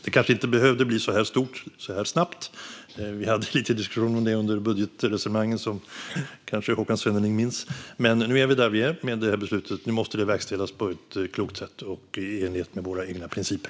Det kanske inte behövde bli så här stort så här snabbt. Vi hade lite diskussioner om det under budgetresonemangen som kanske Håkan Svenneling minns. Men nu är vi är med det här beslutet. Nu måste det verkställas på ett klokt sätt och i enlighet med våra egna principer.